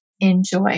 Enjoy